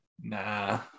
Nah